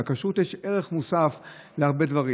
לכשרות יש ערך מוסף בהרבה דברים.